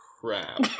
crap